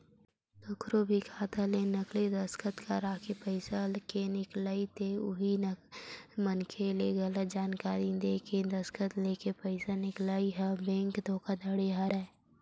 कखरो भी खाता ले नकली दस्कत करके पइसा के निकलई ते उही मनखे ले गलत जानकारी देय के दस्कत लेके पइसा निकलई ह बेंक धोखाघड़ी हरय